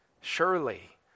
Surely